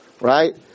right